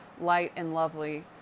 light-and-lovely